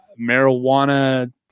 marijuana